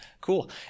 cool